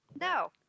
No